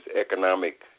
economic